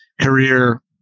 Career